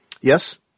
Yes